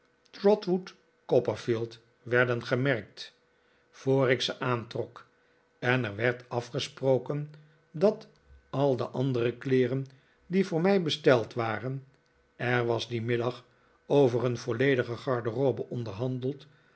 trotwood copperfield werden gemerkt voor ik ze aantrok en er werd afgesproken dat al de andere kleeren die voor mij besteld waren er was dien middag over een volledige garderobe onderhandeld